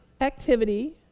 activity